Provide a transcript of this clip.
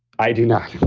i do not,